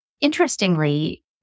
Interestingly